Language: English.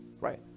right